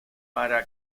para